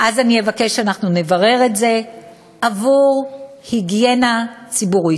אני אבקש שאנחנו נברר את זה עבור היגיינה ציבורית.